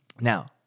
Now